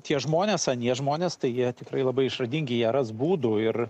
tie žmonės anie žmonės tai jie tikrai labai išradingi jie ras būdų ir